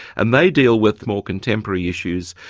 and they deal with more contemporary issues,